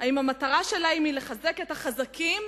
אם המטרה שלהם היא לחזק את החזקים